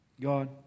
God